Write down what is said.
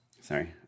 Sorry